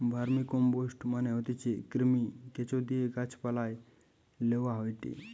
vermicompost মানে হতিছে কৃমি, কেঁচোদিয়ে গাছ পালায় লেওয়া হয়টে